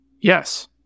Yes